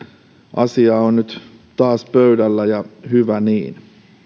asia on nyt taas pöydällä ja hyvä niin